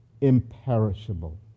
imperishable